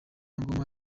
ngoma